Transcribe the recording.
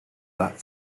that